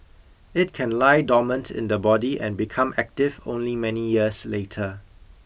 it can lie dormant in the body and become active only many years later